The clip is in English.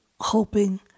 hoping